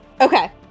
Okay